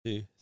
Two